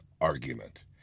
argument